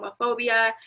homophobia